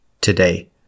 today